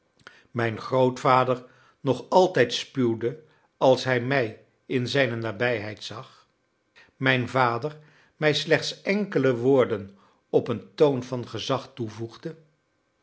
mijn grootvader nog altijd spuwde als hij mij in zijne nabijheid zag mijn vader mij slechts enkele woorden op een toon van gezag toevoegde